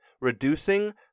reducing